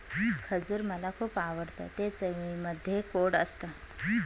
खजूर मला खुप आवडतं ते चवीमध्ये गोड असत